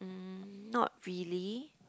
mm not really